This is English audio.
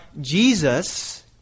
Jesus